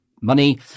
money